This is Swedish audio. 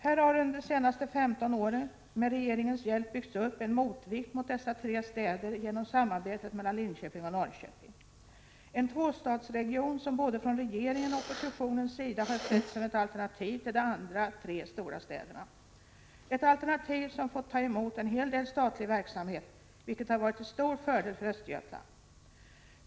Här har under de senaste 15 åren med regeringens hjälp byggts upp en motvikt mot dessa tre städer genom samarbetet mellan Linköping och Norrköping, en tvåstadsregion som både från regeringen och oppositionens sida har setts som ett alternativ till de tre stora städerna. Detta alternativ har fått ta emot en hel del statlig verksamhet, vilket har varit till stor fördel för Östergötland.